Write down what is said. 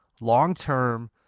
long-term